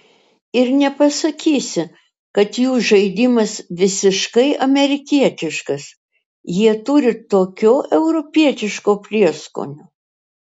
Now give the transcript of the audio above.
ir nepasakysi kad jų žaidimas visiškai amerikietiškas jie turi tokio europietiško prieskonio